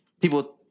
people